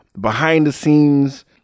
behind-the-scenes